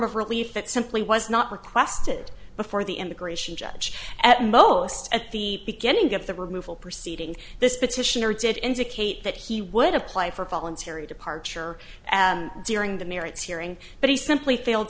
of relief that simply was not requested before the immigration judge at most at the beginning of the removal proceeding this petitioner did indicate that he would apply for voluntary departure during the merits hearing but he simply failed